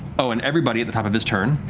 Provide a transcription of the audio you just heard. oh, and everybody at the top of his turn,